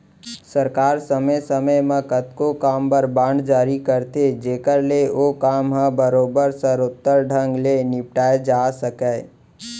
सरकार समे समे म कतको काम बर बांड जारी करथे जेकर ले ओ काम ह बरोबर सरोत्तर ढंग ले निपटाए जा सकय